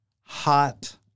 hot